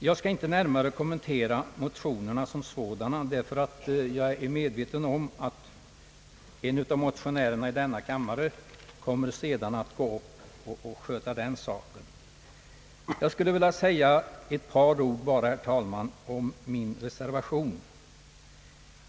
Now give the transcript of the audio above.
Jag skall inte närmare kommentera motionerna, därför att jag vet att en av motionärerna i denna kammare kommer att sköta om den saken. Jag skulle bara vilja säga ett par ord, herr talman, om min reservation.